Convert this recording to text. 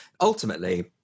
ultimately